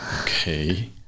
Okay